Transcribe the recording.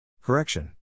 Correction